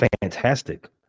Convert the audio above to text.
fantastic